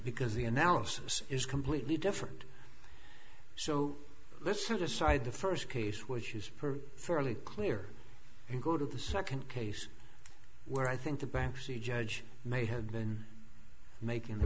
because the analysis is completely different so let's set aside the first case which is for fairly clear and go to the second case where i think the bankruptcy judge may have been making